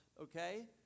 okay